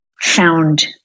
found